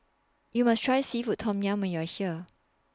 YOU must Try Seafood Tom Yum when YOU Are here